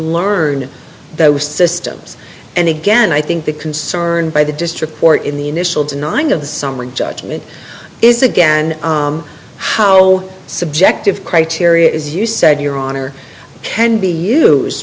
learn those systems and again i think the concern by the district or in the initial denying of the summary judgment is again how subjective criteria is you said your honor can be use